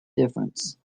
difference